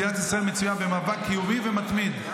מדינת ישראל מצויה במאבק קיומי ומתמיד,